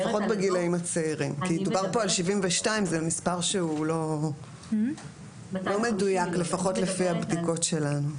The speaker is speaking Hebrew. דובר פה על 72 וזה מספר שהוא לא מדויק לפחות לפי הבדיקות שלנו.